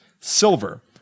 silver